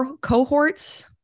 cohorts